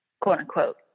quote-unquote